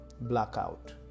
blackout